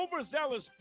overzealous